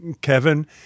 Kevin